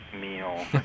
meal